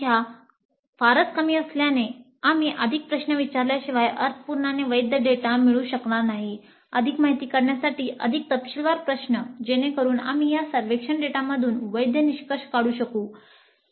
संख्या फारच कमी असल्याने आम्ही अधिक प्रश्न विचारल्याशिवाय अर्थपूर्ण आणि वैध डेटा मिळवू शकणार नाही अधिक माहिती काढण्यासाठी अधिक तपशीलवार प्रश्न जेणेकरून आम्ही या सर्वेक्षण डेटामधून वैध निष्कर्ष काढू शकू